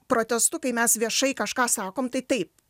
protestu kai mes viešai kažką sakom tai taip